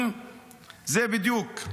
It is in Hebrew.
זה בדיוק.